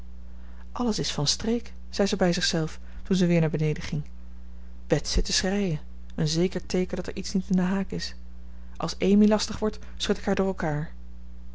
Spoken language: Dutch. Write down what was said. alles is van streek zei ze bij zichzelf toen ze weer naar beneden ging bets zit te schreien een zeker teeken dat er iets niet in den haak is als amy lastig wordt schud ik haar door elkander